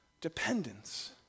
dependence